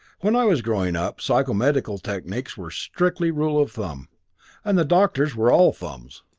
when i was growing up, psychomedical techniques were strictly rule of thumb and the doctors were all thumbs.